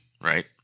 right